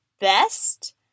best